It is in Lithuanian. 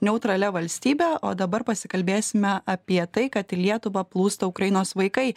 neutralia valstybe o dabar pasikalbėsime apie tai kad į lietuvą plūsta ukrainos vaikai